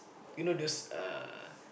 you know those uh